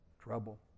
trouble